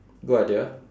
good idea